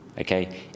okay